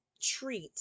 treat